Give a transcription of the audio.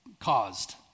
caused